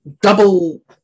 double